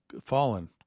fallen